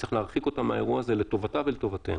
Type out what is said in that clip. צריך להרחיק אותה מהאירוע הזה לטובתה ולטובתנו.